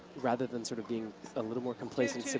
rather than sort of being a little more complacent,